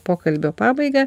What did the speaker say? pokalbio pabaigą